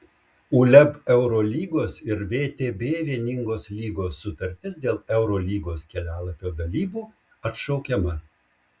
uleb eurolygos ir vtb vieningos lygos sutartis dėl eurolygos kelialapio dalybų atšaukiama